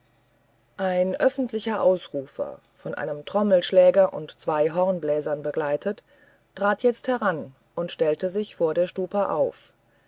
ein öffentlicher ausrufer von einem trommelschläger und zwei hornbläsern begleitet trat jetzt heran und stellte sich vor der stupa auf